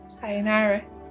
Sayonara